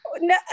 No